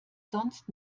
sonst